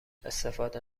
استفاده